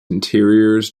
interiors